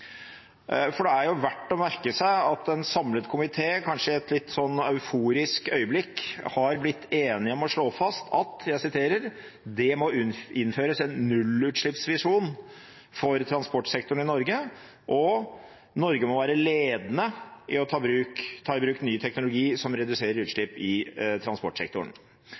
for transportsektoren. Det er verdt å merke seg at en samlet komité, kanskje i et litt euforisk øyeblikk, har blitt enig om å slå fast at «det må innføres en nullutslippsvisjon for transportsektoren i Norge» og «Norge må være ledende på å ta i bruk ny teknologi som reduserer utslipp i transportsektoren».